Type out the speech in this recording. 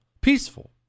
Peaceful